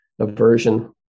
aversion